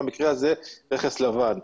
במקרה הזה רכס לבן.